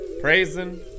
Praising